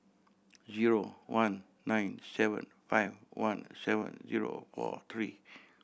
zero one nine seven five one seven zero four three